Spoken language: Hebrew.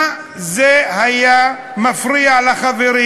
מה זה היה מפריע לחברים,